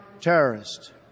terrorist